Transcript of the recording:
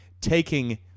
taking